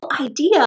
idea